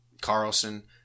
Carlson